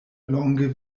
longe